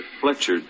Fletcher